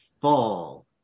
fall